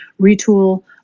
retool